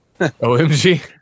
OMG